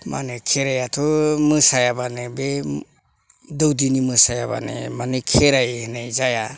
मा होनो खेराइआथ' मोसायाबानो बे दौदिनि मोसायाबानो माने खेराइ होनाय जाया